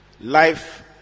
Life